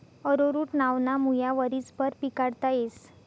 arrowroot नावना मुया वरीसभर पिकाडता येस